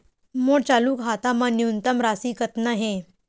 मोर चालू खाता मा न्यूनतम राशि कतना हे?